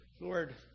Lord